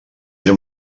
era